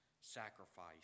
sacrifice